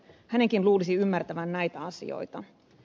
hänenkin luulisi ymmärtävän näitä asioita